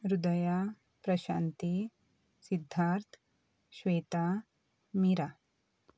Rudaya Prashanti Siddharth Shweta Mira